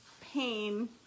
pain